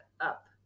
up